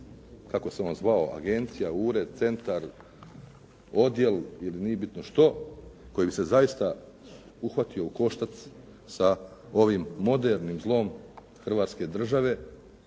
kako se on zvao agencija, ured, centar, odjel ili nije bitno što koji bi se zaista uhvatio u koštac sa ovim modernim zlom Hrvatske države